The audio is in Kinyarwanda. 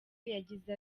yagize